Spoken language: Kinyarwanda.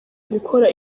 gukora